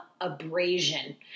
abrasion